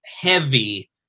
heavy